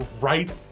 right